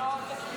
חוק ומשפט